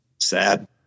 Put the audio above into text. Sad